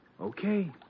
Okay